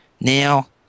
now